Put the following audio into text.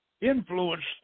influenced